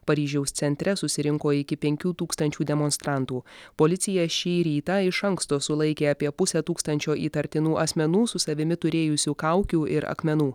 paryžiaus centre susirinko iki penkių tūkstančių demonstrantų policija šį rytą iš anksto sulaikė apie pusę tūkstančio įtartinų asmenų su savimi turėjusių kaukių ir akmenų